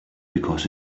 because